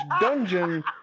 dungeon